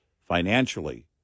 financially